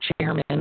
chairman